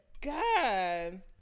God